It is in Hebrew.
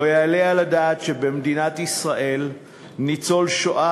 לא יעלה על הדעת שבמדינת ישראל ניצול שואה